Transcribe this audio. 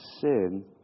sin